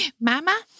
Mama